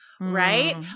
right